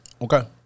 Okay